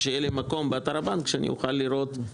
שיהיה לי מקום באתר הבנק שאני אוכל לראות.